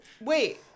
wait